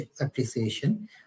Appreciation